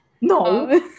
No